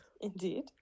Indeed